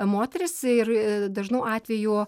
moteris ir dažnu atveju